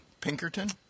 Pinkerton